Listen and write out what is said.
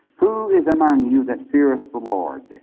who is among you that feareth the lord,